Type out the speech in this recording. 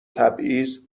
تبعیض